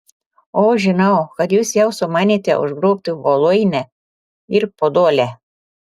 o žinau kad jūs jau sumanėte užgrobti voluinę ir podolę